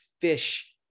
fish